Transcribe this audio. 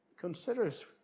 considers